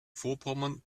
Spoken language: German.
vorpommern